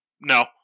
no